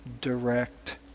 direct